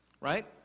Right